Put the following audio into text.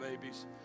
babies